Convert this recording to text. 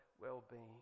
well-being